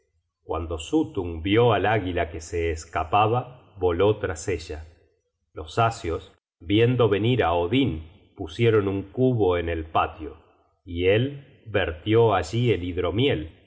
rapidez guando suttung vió al águila que se escapaba voló tras ella los asios viendo venir á odin pusieron un cubo en el patio y él vertió allí el